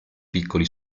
piccoli